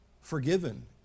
forgiven